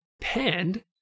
panned